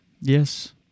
Yes